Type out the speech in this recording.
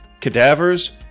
Cadavers